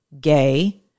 gay